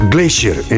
Glacier